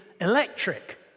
electric